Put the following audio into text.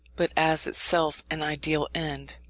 but as itself an ideal end.